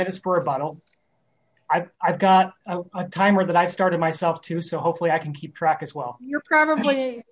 minutes for a bottle i've got a timer that i started myself too so hopefully i can keep track as well you're probably